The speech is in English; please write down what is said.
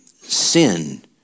sin